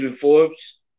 Forbes